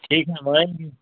ठीक है